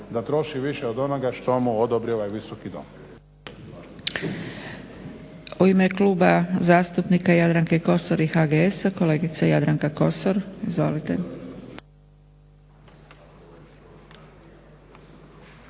da troši više od onoga što mu odobri ovaj Visoki dom.